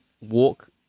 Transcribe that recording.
walk